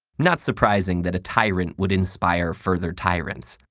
not surprising that a tyrant would inspire further tyrants.